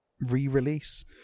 re-release